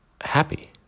happy